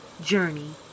journey